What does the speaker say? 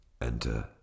Enter